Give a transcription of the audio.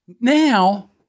Now